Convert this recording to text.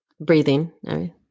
Breathing